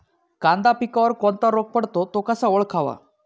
कांदा पिकावर कोणता रोग पडतो? तो कसा ओळखावा?